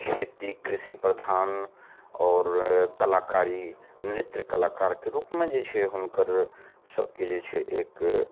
खेती कृषि प्रधान आओर कलाकारी नृत्य कलाकारके रूपमे जे छै हुनकर सबके जे छै एक